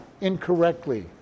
incorrectly